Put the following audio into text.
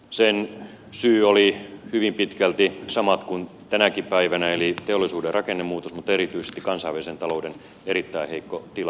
sen syyt olivat hyvin pitkälti samat kuin tänäkin päivänä eli teollisuuden rakennemuutos mutta erityisesti kansainvälisen talouden erittäin heikko tilanne